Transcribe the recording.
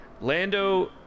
Lando